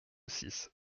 six